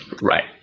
Right